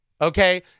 okay